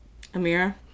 Amira